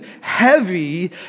heavy